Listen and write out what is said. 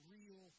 Real